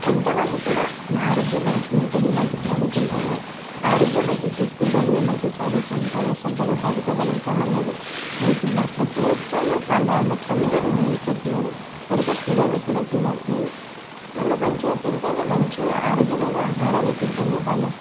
కొంతమంది కూడా నా ఆరోగ్యం మంచిగా ఉంటే మేము మంచిగా చదువుకుంటాము ఆరోగ్యం మంచిగా చూసుకుంటేనే మేము మంచిగా చదువుకుంటాము శ్రద్దగా చదువుకోగలుగుతాము అనేది లేకుండా ప్రతి ఒక్కళ్ళూ వాళ్ళ వాళ్ళ చదువులోనే మునిగిపోతున్నారు సరిగా తినను కూడా తినట్లేదు వాళ్ళు మంచిగా తింటేనే మంచిగా ఆరోగ్యమైన ఆహారాలు తింటేనే వాళ్ళు